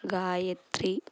Gayatri